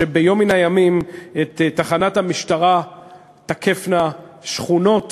שביום מן הימים את תחנת המשטרה תקפנה שכונות